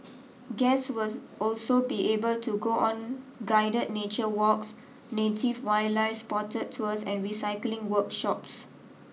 guest was also be able to go on guided nature walks native wildlife spotting tours and recycling workshops